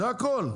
זה הכל.